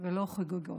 ולא חוגגות,